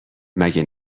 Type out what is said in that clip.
مگه